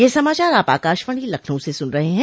ब्रे क यह समाचार आप आकाशवाणी लखनऊ से सुन रहे हैं